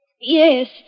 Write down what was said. Yes